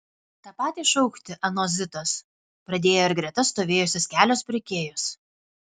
tą patį šaukti anot zitos pradėjo ir greta stovėjusios kelios pirkėjos